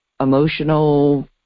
emotional